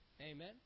Amen